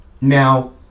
now